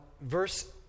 Verse